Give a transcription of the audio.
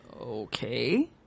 Okay